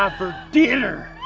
um for dinner.